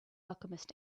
alchemist